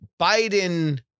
Biden